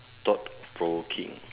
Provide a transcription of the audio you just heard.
thought provoking